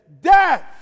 Death